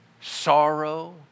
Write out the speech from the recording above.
sorrow